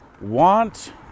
want